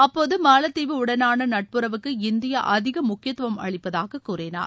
அப்போது மாலத்தீவு உடனான நட்புறவுக்கு இந்தியா அதிக முக்கியத்துவம் அளிப்பதாக கூறினார்